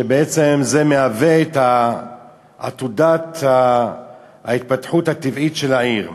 וזה בעצם מהווה את עתודת ההתפתחות הטבעית של העיר.